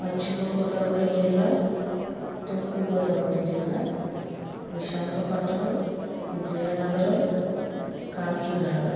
పశ్చిమగోదావరి జిల్లా తూర్పుగోదావరి జిల్లా విశాఖపట్నం విజయనగరం కాకినాడ